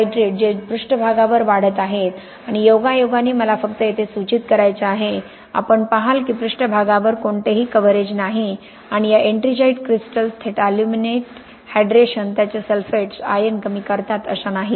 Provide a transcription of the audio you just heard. hydrate जे पृष्ठभागावर वाढत आहेत आणि योगायोगाने मला फक्त येथे सूचित करायचे आहे आपण पहाल की पृष्ठभागावर कोणतेही कव्हरेज नाही आणि या एट्रिंजाइट क्रिस्टल्स थेट अॅल्युमिनेट हायड्रेशन त्याचे सल्फेट्स आयन कमी करतात अशा नाहीत